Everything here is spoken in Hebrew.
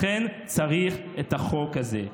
לכן צריך את החוק הזה.